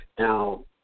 Now